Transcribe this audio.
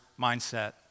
mindset